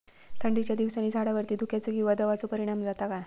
थंडीच्या दिवसानी झाडावरती धुक्याचे किंवा दवाचो परिणाम जाता काय?